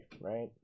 right